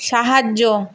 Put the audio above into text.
সাহায্য